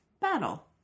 battle